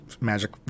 magic